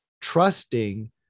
trusting